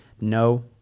no